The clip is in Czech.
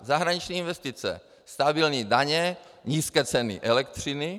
Zahraniční investice, stabilní daně, nízké ceny elektřiny.